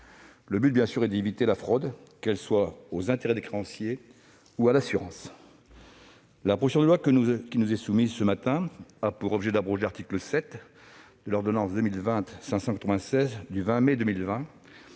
L'objectif est d'éviter la fraude, qu'elle soit aux intérêts des créanciers ou à l'assurance. La proposition de loi qui nous est soumise ce matin a pour objet d'abroger l'article 7 de l'ordonnance 2020-596 du 20 mai 2020,